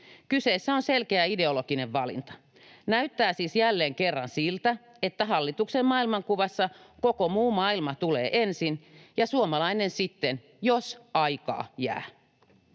Kyseessä on selkeä ideologinen valinta. Näyttää siis jälleen kerran siltä, että hallituksen maailmankuvassa koko muu maailma tulee ensin ja suomalainen sitten, jos aikaa jää.